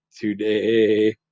today